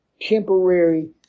temporary